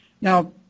Now